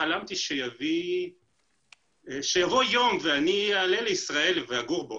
חלמתי שיבוא יום ואני אעלה לישראל ואגור בה.